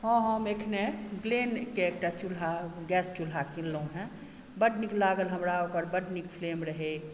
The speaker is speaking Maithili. हॅं हम एखने ग्लेन केँ एकटा चूल्हा गैस चूल्हा किनलहुॅं हें बड्ड नीक लागल हमरा ओकर बड्ड नीक फ्लेम रहै